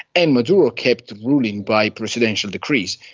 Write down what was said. and maduro kept ruling by presidential decrees,